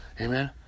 Amen